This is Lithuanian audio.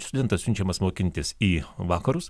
studentas siunčiamas mokintis į vakarus